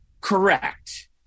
Correct